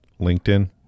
LinkedIn